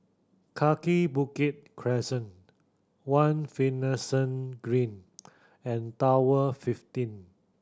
Kaki Bukit Crescent One Finlayson Green and Tower fifteen